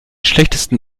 schlechtesten